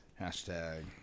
Hashtag